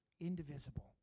indivisible